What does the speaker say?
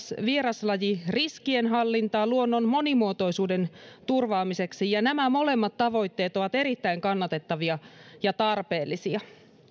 vieraslajiriskien hallintaa luonnon monimuotoisuuden turvaamiseksi ja nämä molemmat tavoitteet ovat erittäin kannatettavia ja tarpeellisia